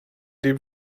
dem